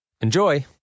Enjoy